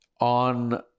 on